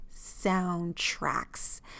soundtracks